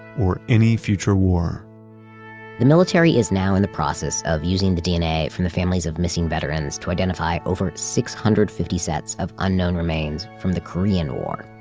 or any future war the military is now in the process of using the dna from the families of missing veterans to identify over six hundred and fifty sets of unknown remains from the korean war.